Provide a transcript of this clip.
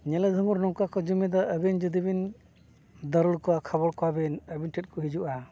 ᱧᱮᱞᱮ ᱫᱩᱢᱩᱨ ᱱᱚᱝᱠᱟ ᱠᱚ ᱡᱩᱢᱤᱫᱚᱜᱼᱟ ᱟᱹᱵᱤᱱ ᱡᱩᱫᱤ ᱵᱤᱱ ᱫᱟᱹᱨᱩᱲ ᱠᱚᱣᱟ ᱠᱷᱟᱵᱚᱲ ᱠᱚᱣᱟ ᱵᱤᱱ ᱟᱹᱵᱤᱱ ᱴᱷᱮᱱ ᱠᱚ ᱦᱤᱡᱩᱜᱼᱟ